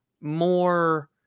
more